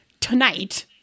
tonight